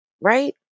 right